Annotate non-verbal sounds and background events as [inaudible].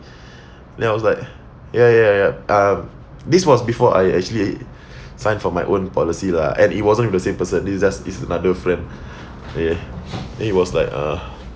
[breath] then I was like ya ya ya ya um this was before I actually [breath] signed for my own policy lah and it wasn't the same person it's just it's another friend [breath] ya then he was like uh